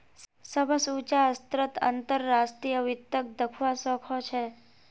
सबस उचा स्तरत अंतर्राष्ट्रीय वित्तक दखवा स ख छ